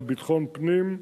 ביטחון הפנים,